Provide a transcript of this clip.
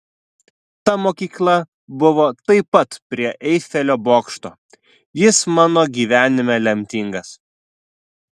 ta mokykla buvo taip pat prie eifelio bokšto jis mano gyvenime lemtingas